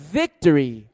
victory